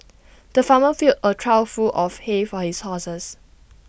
the farmer filled A trough full of hay for his horses